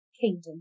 kingdom